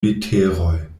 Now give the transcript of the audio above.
literoj